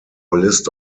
list